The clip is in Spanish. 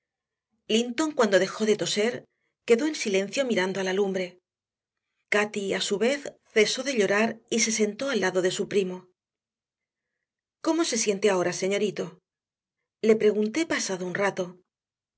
linton cuando dejó de toser quedó en silencio mirando a la lumbre cati a su vez cesó de llorar y se sentó al lado de su primo cómo se siente ahora señorito le pregunté pasado un rato